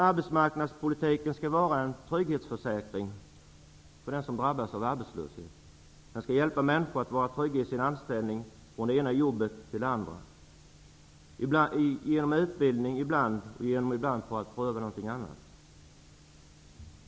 Arbetsmarknadspolitiken skall vara en trygghetsförsäkring för dem som drabbas av arbetslöshet. Den skall hjälpa människor att vara trygga i sin anställning från det ena jobbet till det andra, ibland genom utbildning, ibland genom att pröva på någonting annat.